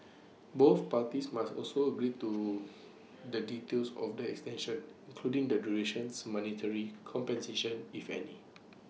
both parties must also agree to the details of the extension including the durations monetary compensation if any